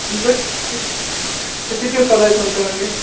तुमचं कि किती दिवसाचं आहे तुमचं मध्ये